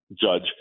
judge